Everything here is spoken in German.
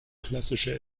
klassische